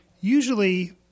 usually